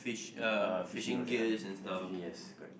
it uh fishing rod ya ya fishing yes correct